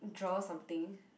draw something